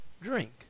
drink